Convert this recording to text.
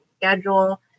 schedule